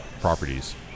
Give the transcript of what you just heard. properties